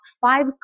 five